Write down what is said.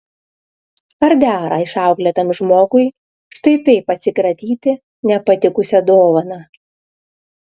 ar dera išauklėtam žmogui štai taip atsikratyti nepatikusia dovana